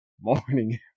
morning